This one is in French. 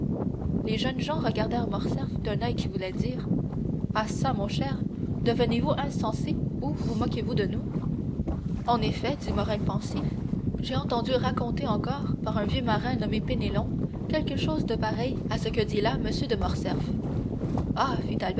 les jeunes gens regardèrent morcerf d'un oeil qui voulait dire ah çà mon cher devenez-vous insensé ou vous moquez-vous de nous en effet dit morrel pensif j'ai entendu raconter encore par un vieux marin nommé penelon quelque chose de pareil à ce que dit là m de morcerf